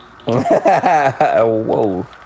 Whoa